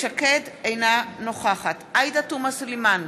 אינה נוכחת עאידה תומא סלימאן,